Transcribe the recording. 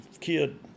kid